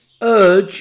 urge